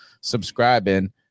subscribing